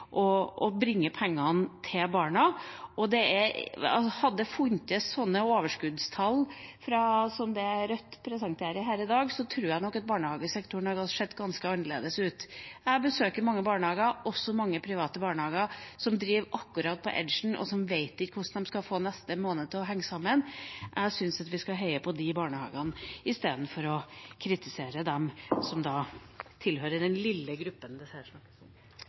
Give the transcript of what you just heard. å bringe pengene til barna. Hadde det funnes slike overskuddstall som det Rødt presenterer her i dag, tror jeg barnehagesektoren hadde sett ganske annerledes ut. Jeg besøker mange barnehager, også mange private, som driver akkurat på «edgen», og som ikke vet hvordan de skal få neste måned til å henge sammen. Jeg syns vi skal heie på de barnehagene i stedet for å kritisere dem som tilhører den lille gruppen det her er snakk om.